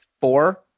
Four